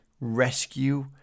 rescue